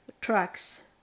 trucks